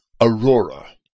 aurora